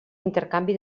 intercanvi